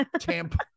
Tampa